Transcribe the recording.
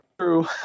true